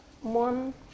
one